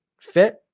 fit